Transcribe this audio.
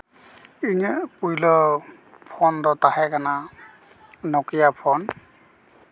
ᱤᱧᱟᱹᱜ ᱯᱳᱭᱞᱳ ᱯᱷᱳᱱ ᱫᱚ ᱛᱟᱦᱮᱸ ᱠᱟᱱᱟ ᱱᱚᱠᱮᱭᱟ ᱯᱷᱳᱱ